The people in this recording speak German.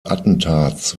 attentats